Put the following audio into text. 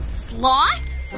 slots